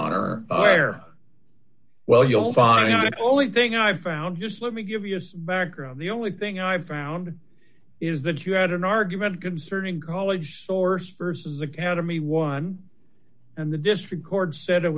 honor there well you'll find that only thing i found just let me give us background the only thing i found is that you had an argument concerning college sourced versus academy one and the district court said it